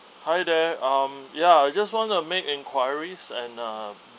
hi there um ya I just want to make enquiries and uh